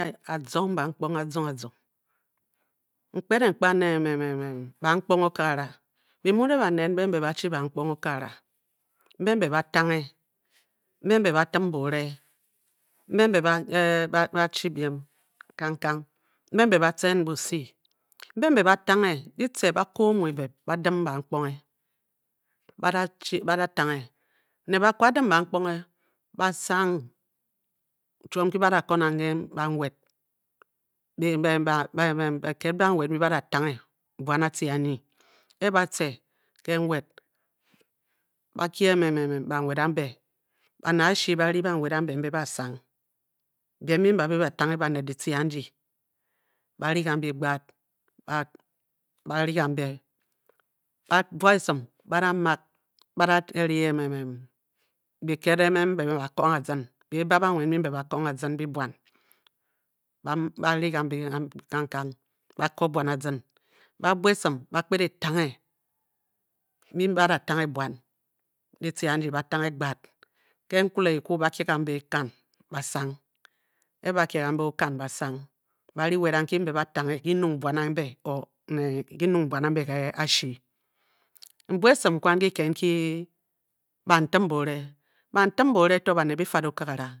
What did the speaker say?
Azong bank ponghe, azong azong mkpedeng kpa nè bank ponghe okagara, byi muu ne baned mbe ba-a-chi bank ponghe akagara, mbe mbe ba tanghe mhe mbe ba tim boore, mbé mbè ba chi biem, mbé mbè bu teen bu se, mbe mbe ba taughe, ditee na ko omu e-be na-dim bank ponghe ba a da a taighe, ne ba kwu ba-dim bank ponghe, ba- sang chiom nki na da ko nang en banwed bi ked banwed mbyi ba da tanghe buan a ta anyi e-ba toe ke nwed ba kye banwed ambe, bane ashu ban banwed ambe mbe ba a sang. Biem, mbyi mbe ba tanghe baned ditie andi, bari gambi gbad bari gambe, na bua esim ba da mak, ba da-ri biked or mbe ba kong azin, mbi buai, ba-I, ba-n gambi kangkang ba ko buau azin, ba bua esin bakped etanghe, mbi mbe ba da tanghe buan ditie andi, ba tanghe gbad, ke-nki le-ko kwu ba kye kambe oken, ba ri we da nki buan ambe or nè ki nyung buan ambe ke ashi mbua esin kwan ke kiked nki ban tim boore, bantim bo-ore to baned bi pad okagara, mbe to mbe batca